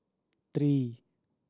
three